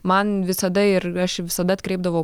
man visada ir aš visada atkreipdavau